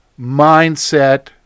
mindset